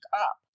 up